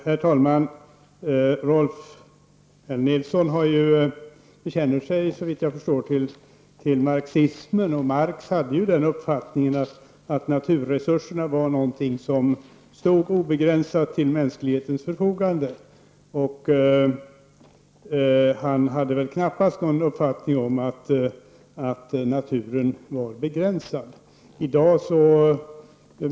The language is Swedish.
Herr talman! Såvitt jag förstår bekänner sig Rolf L Nilson till marxismen. Marx var ju av den uppfattningen att naturresurserna var någonting som obegränsat stod till mänsklighetens förfogande. Han kunde knappast förutse att naturresurserna var begränsade.